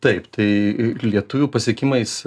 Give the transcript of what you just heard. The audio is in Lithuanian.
taip tai lietuvių pasiekimais